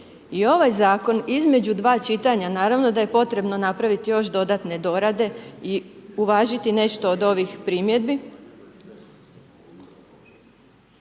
I ovaj zakon između dva čitanja naravno da je potrebno napravit još dodatne dorade i uvažiti nešto od ovih primjedbi,